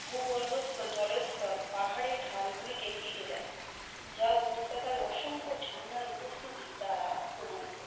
ভূগর্ভস্থ জলস্তর পাহাড়ের ঢালগুলিকে কেটে দেয় যা উপত্যকায় অসংখ্য ঝর্নার উপস্থিতি দ্বারা প্রমাণিত